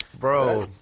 Bro